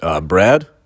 Brad